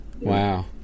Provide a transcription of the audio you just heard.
Wow